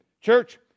church